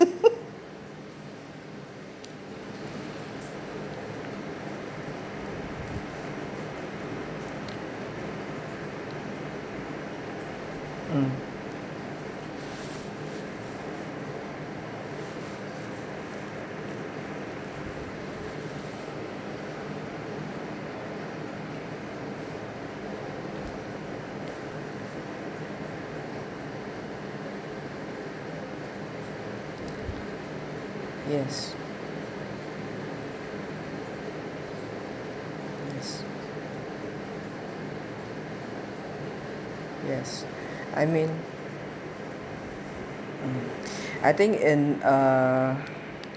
um yes yes yes I mean mm I think in uh